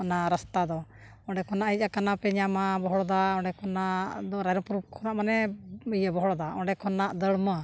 ᱚᱱᱟ ᱨᱟᱥᱛᱟ ᱫᱚ ᱚᱸᱰᱮ ᱠᱷᱚᱱᱟᱜ ᱦᱮᱡ ᱟᱠᱟᱱᱟᱯᱮ ᱧᱟᱢᱟ ᱵᱚᱦᱚᱲᱫᱟ ᱚᱸᱰᱮ ᱠᱷᱚᱱᱟᱜ ᱨᱟᱭᱨᱚᱝᱯᱩᱨ ᱠᱷᱚᱱᱟᱜ ᱢᱟᱱᱮ ᱤᱭᱟᱹ ᱵᱚᱦᱚᱲᱫᱟ ᱚᱸᱰᱮ ᱠᱷᱚᱱᱟᱜ ᱫᱟᱹᱲᱢᱟᱹ